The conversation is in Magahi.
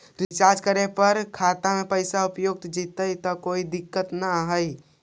रीचार्ज करे पर का खाता से पैसा उपयुक्त जितै तो कोई दिक्कत तो ना है?